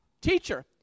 teacher